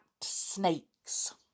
snakes